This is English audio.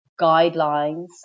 guidelines